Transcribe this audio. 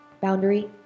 Boundary